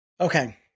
okay